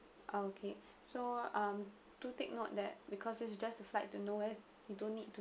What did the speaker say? uh okay so um do take note that because this is just a flight to nowhere you don't need to